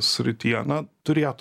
srityje na turėt